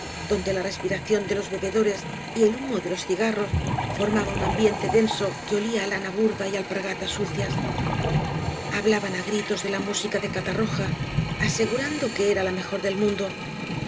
donde la reapiracióa de los bebedores y el humo da los cigarros formaban un ambiente denso que olía á lana burda y alpargatas sucias hablaban á gritos de la máaica da catarroja asegurando que era la mjor del mundo loe